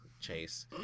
Chase